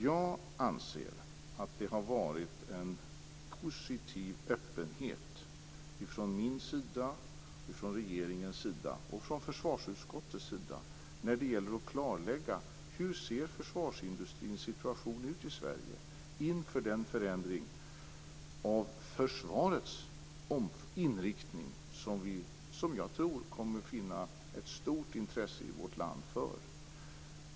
Jag anser att det har varit en positiv öppenhet från min sida, från regeringens sida och från försvarsutskottets sida när det gäller att klarlägga hur försvarsindustrins situation ser ut i Sverige inför den förändring av försvarets inriktning som jag tror att det kommer att finnas ett stort intresse för i vårt land.